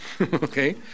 okay